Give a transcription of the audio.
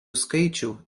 skaičių